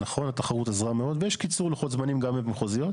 התחרות עזרה מאוד ויש קיצור לוחות זמנים גם במחוזיות.